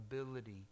ability